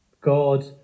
God